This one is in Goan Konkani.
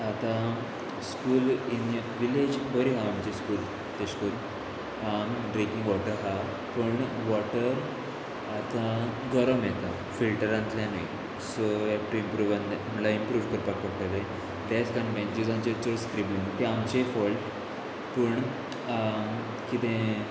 आतां स्कूल इन विज बरी आहा आमचे स्कूल तेशकोल ड्रेकींग वॉटर आहा पूण वॉटर आतां गरम येता फिल्टरांतल्यानूय सो हेवन म्हणल्यार इमप्रूव करपाक पडटले तेच कारण मेनज्यूजांचेर चड स्क्रिब्लिंग आमचेय फॉल्ट पूण किदें